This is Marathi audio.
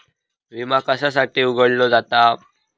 विमा कशासाठी उघडलो जाता?